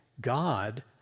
God